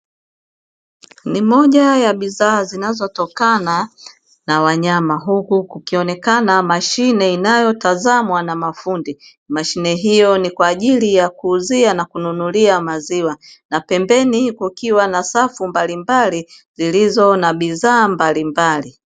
Ni moja ya bidhaa zinazotokana na wanyama huku kukionekana mashine inayotazamwa na mafundi. Mashine hiyo ni kwa ajili ya kuuzia na kununulia maziwa na pembeni kukiwa na safu mbalimbali zilizo na bidhaa mbalimbali.